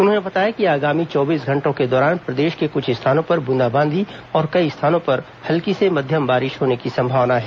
उन्होंने बताया कि आगामी चौबीस घंटों के दौरान प्रदेश के कुछ स्थानों पर ब्रंदाबांदी और कई स्थानों में हल्की से मध्यम बारिश होने की संभावना है